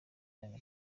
yanga